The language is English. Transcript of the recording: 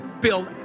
build